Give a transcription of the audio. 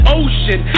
ocean